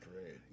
great